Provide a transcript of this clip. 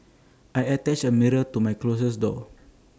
I attached A mirror to my closet door